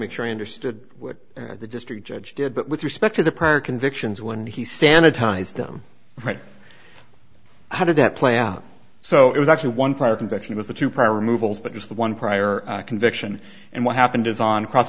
make sure i understood what the district judge did but with respect to the prior convictions when he sanitized them right how did that play out so it was actually one prior conviction with the two part removals but just the one prior conviction and what happened is on cross